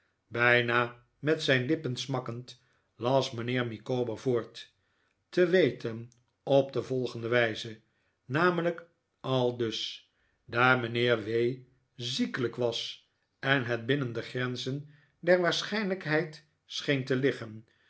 bijna met zijn lippen smakkend las mijnheer micawber voort te weten op de volgende wijze namelijk aldus daar mijnheer w ziekelijk was en het binnen de grenzen der waarschijnlijkheid scheen te liggen